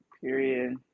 period